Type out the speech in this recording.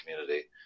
community